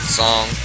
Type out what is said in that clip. song